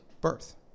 birth